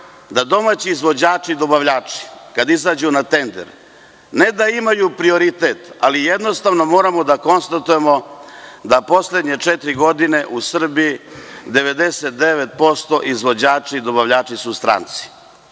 da domaći izvođači i dobavljači kada izađu na tendere ne da imaju prioritet, ali jednostavno moramo da konstatujemo da su u poslednje četiri godine u Srbiji prioritet imali strani